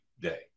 day